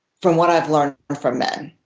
from what i've learned from men,